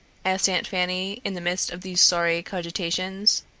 asked aunt fanny in the midst of these sorry cogitations.